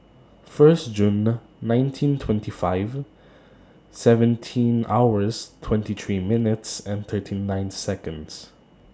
First Junr nineteen twenty five seventeen hours twenty three minutes and thirty nine Seconds